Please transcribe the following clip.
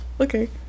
Okay